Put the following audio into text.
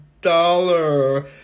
dollar